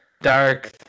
dark